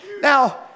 now